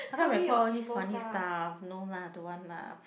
how come record all these funny stuff no lah don't want lah